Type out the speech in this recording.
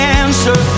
answer